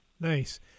Nice